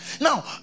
Now